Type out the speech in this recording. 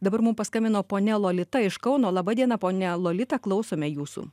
dabar mum paskambino ponia lolita iš kauno laba diena ponia lolita klausome jūsų